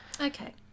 okay